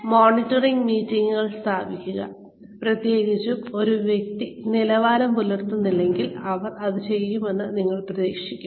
monitoring മീറ്റിംഗുകൾ സ്ഥാപിക്കുക പ്രത്യേകിച്ചും ഒരു വ്യക്തി നിലവാരം പുലർത്തുന്നില്ലെങ്കിൽ അവർ അത് ചെയ്യുമെന്ന് നിങ്ങൾ പ്രതീക്ഷിക്കും